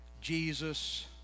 Jesus